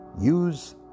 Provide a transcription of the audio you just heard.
use